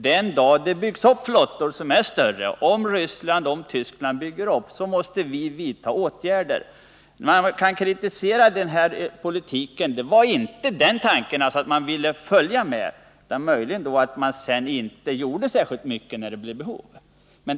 Den dag större flottor byggdes upp — om t.ex. Ryssland eller Tyskland skulle bygga upp sina flottor — måste vi vidta åtgärder, sade man. Man kan kritisera den här politiken — inte själva tanken att man ville följa utvecklingen utan det faktum att man sedan inte gjorde särskilt mycket när hotet mot oss ökade.